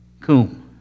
cum